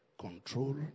control